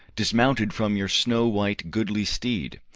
dismounted from your snow-white goodly steed,